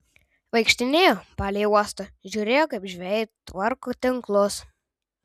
vaikštinėjo palei uostą žiūrėjo kaip žvejai tvarko tinklus